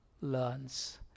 learns